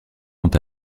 ont